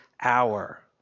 hour